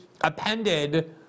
appended